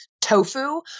tofu